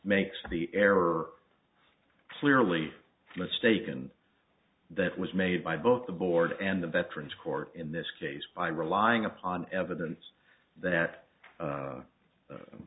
makes the error clearly mistaken that was made by both the board and the veterans court in this case by relying upon evidence